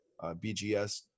BGS